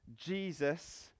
Jesus